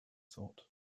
thought